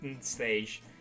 stage